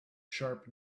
sharp